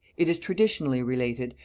it is traditionally related,